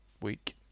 week